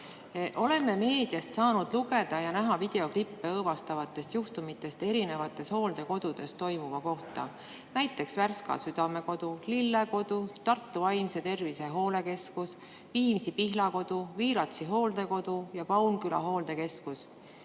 Oleme meediast saanud lugeda ja näha videoklippe õõvastavatest juhtumitest erinevates hooldekodudes toimuva kohta, näiteks Värska Südamekodu, Lille Kodu, Tartu Vaimse Tervise Hooldekeskus, Viimsi Pihlakodu, Viiratsi hooldekodu ja Paunküla Hooldekeskus.